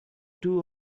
two